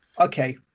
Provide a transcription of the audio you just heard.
okay